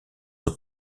aux